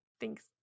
Thanks